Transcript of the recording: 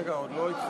רגע, עוד לא התחיל.